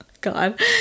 God